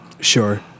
Sure